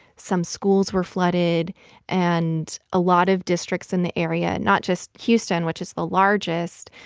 some schools were flooded and a lot of districts in the area not just houston, which is the largest,